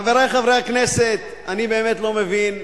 חברי חברי הכנסת, אני באמת לא מבין.